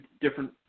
different